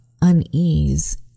Unease